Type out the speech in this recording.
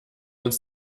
uns